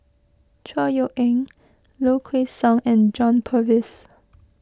Chor Yeok Eng Low Kway Song and John Purvis